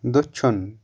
دچھُن